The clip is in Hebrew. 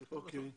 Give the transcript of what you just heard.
אוקיי.